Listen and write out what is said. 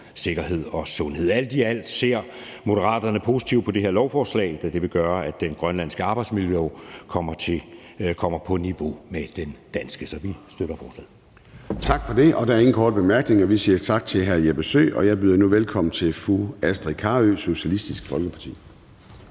sikkerhed og sundhed. Alt i alt ser Moderaterne positivt på det her lovforslag, da det vil gøre, at den grønlandske arbejdsmiljølov kommer på niveau med den danske. Så vi støtter forslaget. Kl. 10:47 Formanden (Søren Gade): Tak for det. Der er ingen korte bemærkninger, så vi siger tak til hr. Jeppe Søe. Og jeg byder nu velkommen til fru Astrid Carøe, Socialistisk Folkeparti.